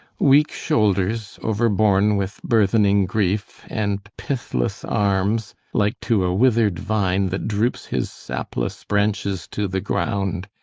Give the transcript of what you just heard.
weake shoulders, ouer-borne with burthening griefe, and pyth-lesse armes, like to a withered vine, that droupes his sappe-lesse branches to the ground.